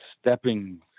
stepping